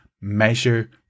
measure